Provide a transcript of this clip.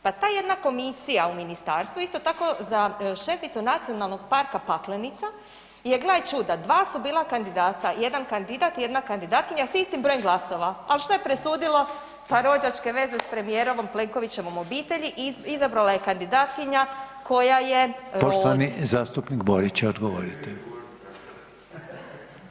Pa ta jedna komisija u ministarstvu isto tako za šeficu Nacionalnog parka Paklenica je gledaj čuda, dva su bila kandidata, jedan kandidat i jedna kandidatkinja s istim brojem glasova, ali šta je presudilo, pa rođačke veze s premijerovom Plenkovićevom obitelji i izabrana kandidatkinja koja je rod.